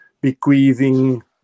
bequeathing